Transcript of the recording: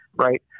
right